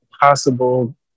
possible